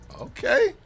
Okay